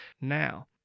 Now